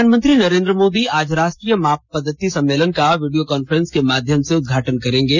प्रधानमंत्री नरेन्द्र मोदी आज राष्ट्रीय माप पद्धति सम्मेलन का वीडियो कॉन्फ्रेंस के माध्यम से उदघाटन करेंगे